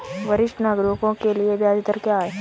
वरिष्ठ नागरिकों के लिए ब्याज दर क्या हैं?